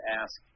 ask